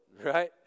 right